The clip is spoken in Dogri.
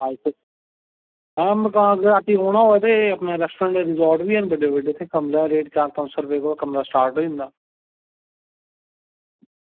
हां मकान रातीं रौह्ना होऐ ते अपने रेस्टोरेंट रिजार्ट बी हैन बड्डे बड्डे इत्थें कमरें दा रेट चार पंज सौ कोला कमरा स्टार्ट होई जंदा